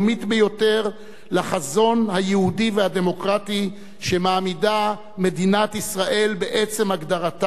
לחזון היהודי והדמוקרטי שמעמידה מדינת ישראל בעצם הגדרתה,